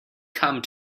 come